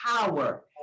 power